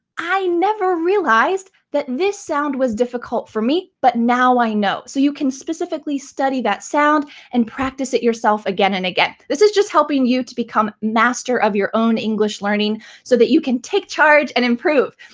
i never realized that this sounds was difficult for me, but now i know. so you can specifically study that sound and practice it yourself again and again. this is just helping you to become master of your own english learning so that you can take charge and improve.